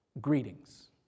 greetings